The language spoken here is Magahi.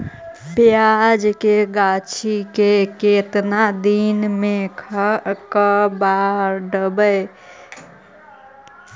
प्याज के गाछि के केतना दिन में कबाड़बै?